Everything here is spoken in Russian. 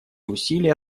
усилия